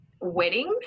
weddings